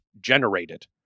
generated